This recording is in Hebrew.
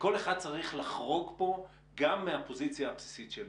וכל אחד צריך לחרוג פה גם מהפוזיציה הבסיסית שלו,